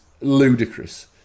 ludicrous